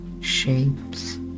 shapes